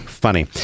Funny